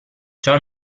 ciò